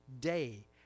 day